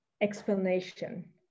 Explanation